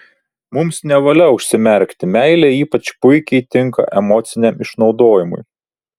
mums nevalia užsimerkti meilė ypač puikiai tinka emociniam išnaudojimui